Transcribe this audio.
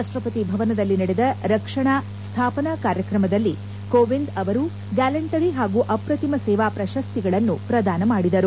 ರಾಷ್ಟ್ರಪತಿ ಭವನದಲ್ಲಿ ನಡೆದ ರಕ್ಷಣಾ ಸ್ವಾಪನಾ ಕಾರ್ಯಕ್ರಮದಲ್ಲಿ ಕೋವಿಂದ್ ಅವರು ಗ್ವಾಲಂಟರಿ ಹಾಗೂ ಅಪ್ರತಿಮ ಸೇವಾ ಪ್ರಶಸ್ತಿಗಳನ್ನು ಪ್ರದಾನ ಮಾದಿದರು